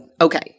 okay